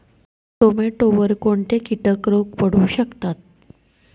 टोमॅटोवर कोणते किटक रोग पडू शकतात?